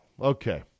Okay